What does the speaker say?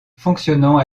fonctionnant